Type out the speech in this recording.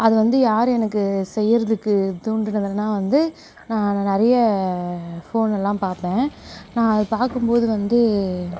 அது வந்து யார் எனக்கு செய்கிறதுக்கு தூண்டினதுனா வந்து நான் நிறைய ஃபோனெல்லாம் பார்ப்பேன் நான் அதை பார்க்கும்போது வந்து